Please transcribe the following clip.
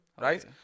right